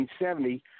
1970